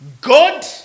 God